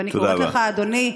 ואני קוראת לך, אדוני,